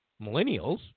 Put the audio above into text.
millennials